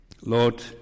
Lord